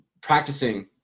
practicing